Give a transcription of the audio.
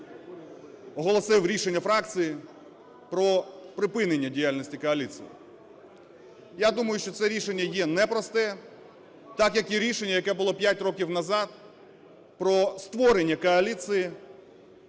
оголосив рішення фракції про припинення діяльності коаліції. Я думаю, що це рішення є непросте. Так, як і рішення, яке було 5 років назад, про створення коаліції,